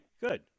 Good